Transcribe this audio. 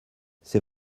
c’est